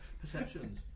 Perceptions